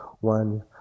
one